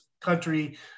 country